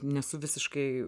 nesu visiškai